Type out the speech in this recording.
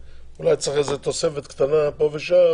אולי צריך איזה תוספת קטנה פה ושם